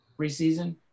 preseason